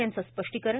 यांचं स्पष्टीकरण